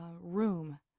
room